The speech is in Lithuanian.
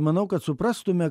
manau kad suprastume